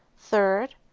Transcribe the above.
third,